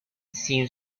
sin